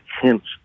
hints